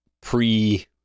pre-